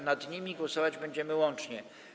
Nad nimi głosować będziemy łącznie.